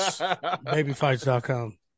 Babyfights.com